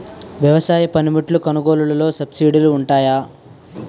వ్యవసాయ పనిముట్లు కొనుగోలు లొ సబ్సిడీ లు వుంటాయా?